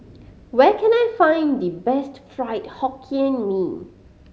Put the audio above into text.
where can I find the best Fried Hokkien Mee